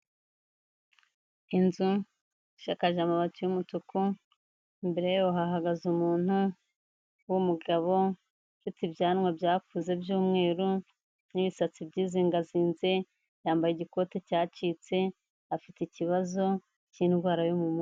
Inzu isakaje amabati y'umutuku, imbere yabo hahagaze umuntu w'umugabo, ufite ibyanwa byakuze by'umweru n'ibisatsi byizingazinze, yambaye igikote cyacitse, afite ikibazo cy'indwara yo mu mu...